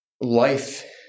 life